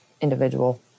individual